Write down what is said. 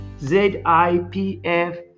Z-I-P-F